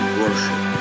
worship